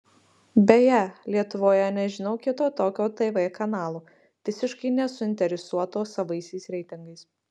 beje lietuvoje nežinau kito tokio tv kanalo visiškai nesuinteresuoto savaisiais reitingais